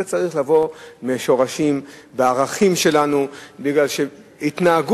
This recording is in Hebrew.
זה צריך לבוא מהשורשים, בערכים שלנו, כי התנהגות